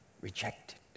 rejected